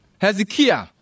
Hezekiah